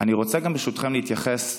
אני רוצה, ברשותכם, להתייחס גם